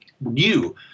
new